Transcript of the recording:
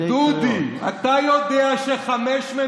אתה בשתי קריאות.